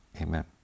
Amen